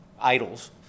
idols